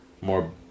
More